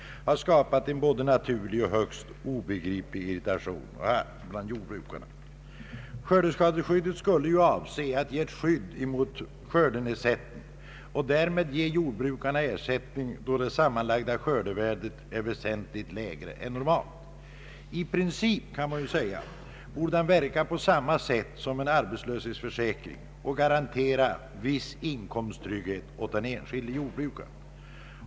skördeskadeskyddet m.m. till jordbrukarna har skapat en både naturlig och högst begriplig irritation och harm. Skördeskadeskyddet skulle ju avse att ge ett skydd mot skördenedsättning och därmed ersättning åt jordbrukarna då det sammanlagda skördevärdet var väsentligt lägre än normalt. I princip borde den verka på samma sätt som en arbetslöshetsförsäkring och garantera viss inkomsttrygghet åt den enskilde jordbrukaren.